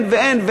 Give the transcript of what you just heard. ואין,